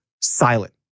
silent